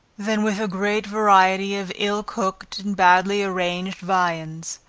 than with a great variety of ill cooked and badly arranged viands.